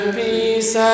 peace